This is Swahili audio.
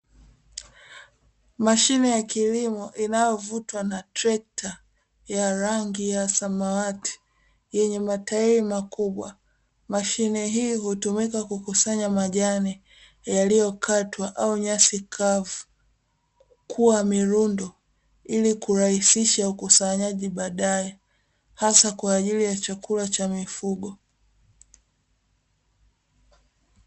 Mashine ya kilimo inayovutwa na trekta ya rangi ya samawati, yenye matairi makubwa. Mashine hii hutumika kukusanya majani yaliyokatwa, au nyasi kavu kuwa mirundo, ili kurahisisha ukusanyaji baadae, hasa kwa ajili ya chakula cha mifugo.